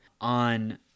on